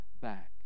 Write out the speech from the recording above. back